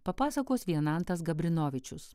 papasakos vienantas gabrinovičius